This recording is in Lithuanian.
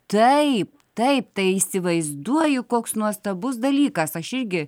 taip taip tai įsivaizduoju koks nuostabus dalykas aš irgi